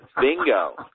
bingo